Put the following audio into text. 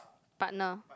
partner